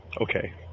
Okay